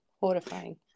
Horrifying